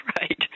right